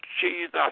Jesus